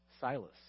Silas